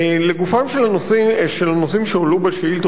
לגופם של הנושאים שהועלו בשאלות,